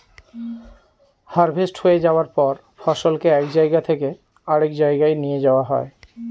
harvest হয়ে যায়ার পর ফসলকে এক জায়গা থেকে আরেক জাগায় নিয়ে যাওয়া হয়